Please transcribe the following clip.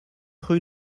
rue